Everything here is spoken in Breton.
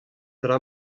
dra